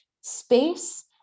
space